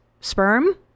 sperm